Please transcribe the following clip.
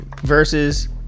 versus